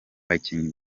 bakinnyi